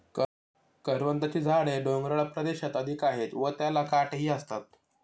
करवंदाची झाडे डोंगराळ प्रदेशात अधिक आहेत व त्याला काटेही असतात